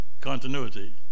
continuity